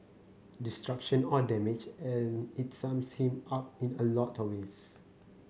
destruction or damage and it sums him up in a lot of ways